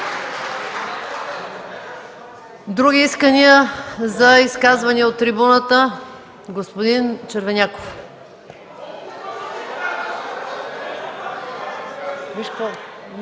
Други искания за изказвания от трибуната? Господин Червеняков.